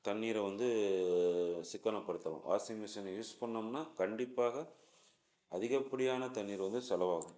தண்ணீரை வந்து சிக்கனப்படுத்தலாம் வாஷிங் மிஷினை யூஸ் பண்ணோம்னா கண்டிப்பாக அதிகப்படியான தண்ணீர் வந்து செலவாகும்